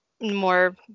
more